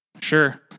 Sure